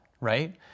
right